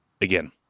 again